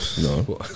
No